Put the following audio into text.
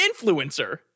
influencer